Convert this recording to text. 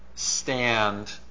Stand